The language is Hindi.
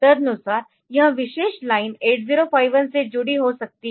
तदनुसार यह विशेष लाइन 8051 से जुड़ी हो सकती है